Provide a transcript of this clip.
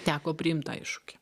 teko priimt tą iššūkį